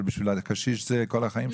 אבל בשביל הקשיש זה כל החיים שלו.